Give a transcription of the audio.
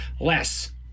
less